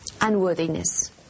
unworthiness